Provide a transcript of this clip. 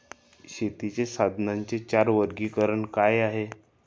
शेतीच्या साधनांचे चार वर्गीकरण काय आहे?